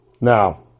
Now